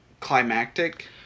climactic